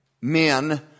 men